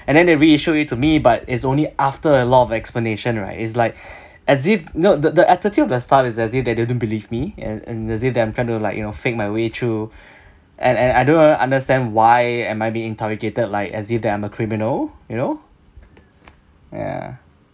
and then they reissued it to me but is only after a lot of explanation right is like as if no the the attitude of the staff is as if they didn't believe me and and as if that I'm trying to like you know fake my way through and and I don't understand why am I being interrogated like as if that I'm a criminal you know ya